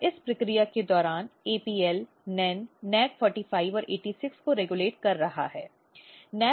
और इस प्रक्रिया के दौरान APL NEN NAC45 और 86 को रेगुलेट कर रहा है